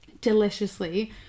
deliciously